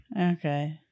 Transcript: okay